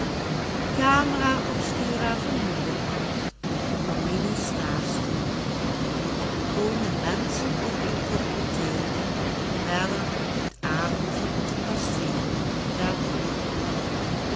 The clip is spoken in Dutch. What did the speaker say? hil stastok er komen menschen op een kopje thee om verder het avondje te passeeren